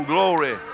Glory